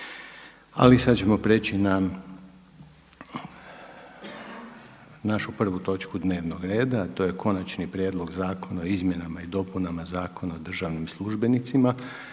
Ali sada ćemo prijeći na našu 1. točku dnevnog reda a to je: - Konačni prijedlog Zakona o izmjenama i dopunama Zakona o državnim službenicima,